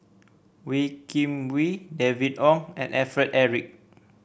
Wee Kim Wee David Wong and Alfred Eric